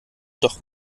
doch